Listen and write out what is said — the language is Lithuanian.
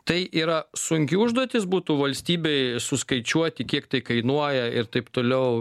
tai yra sunki užduotis būtų valstybei suskaičiuoti kiek tai kainuoja ir taip toliau